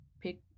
pick